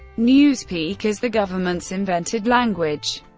newspeak is the government's invented language.